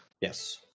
Yes